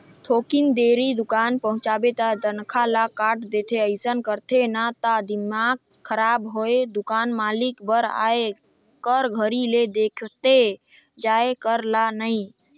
थोकिन देरी दुकान पहुंचबे त तनखा ल काट देथे अइसन करथे न त दिमाक खराब होय दुकान मालिक बर आए कर घरी ले देखथे जाये कर ल नइ